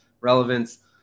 relevance